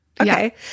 Okay